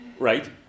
Right